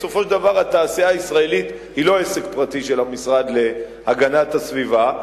בסופו של דבר התעשייה הישראלית היא לא עסק פרטי של המשרד להגנת הסביבה.